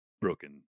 broken